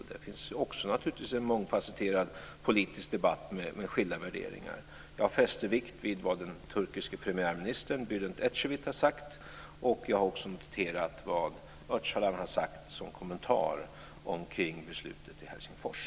Och där finns naturligtvis också en mångfasetterad politisk debatt med skilda värderingar. Jag har fäst vikt vid vad den turkiske premiärministern Ecevit har sagt, och jag har också noterat vad Öcalan har sagt som kommentar till beslutet i Helsingfors.